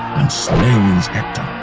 and slays hector.